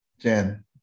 Jen